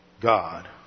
God